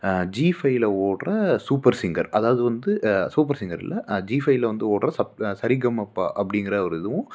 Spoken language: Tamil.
ஜீஃபைல ஓட்டுற சூப்பர் சிங்கர் அதாவது வந்து சூப்பர் சிங்கர் இல்லை ஜீஃபைல வந்து ஓட்டுற சப் சரிகமப அப்படிங்குற ஒரு இதுவும்